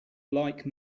like